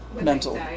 mental